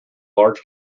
large